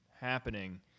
happening